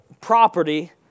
property